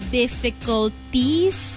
difficulties